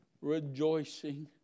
rejoicing